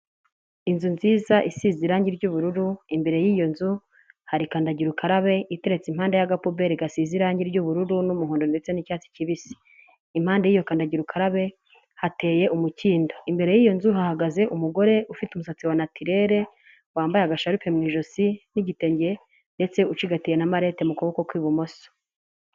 Inzu nziza isize irangi ry'ubururu imbere y'iyo nzu hari kandagira ukarabe iteretse impande y'agapupeli gasize irangi ry'ubururu n'umuhondo ndetse n'icyatsi kibisi, impande y'iyo kandagira ukarabe hateye umukindo, imbere y'iyo nzu hahagaze umugore ufite umusatsi wa natirere, wambaye agasharupe mu ijosi n'igitenge ndetse ucigatiye na malete mu kuboko kw'ibumoso.